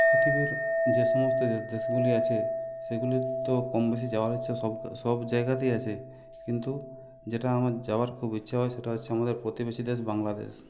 পৃথিবীর যে সমস্ত দেশগুলি আছে সেগুলির তো কমবেশি যাওয়ার ইচ্ছা তো সব সব জায়গাতেই আছে কিন্তু যেটা আমার যাওয়ার খুব ইচ্ছা হয় সেটা হচ্ছে আমাদের প্রতিবেশী দেশ বাংলাদেশ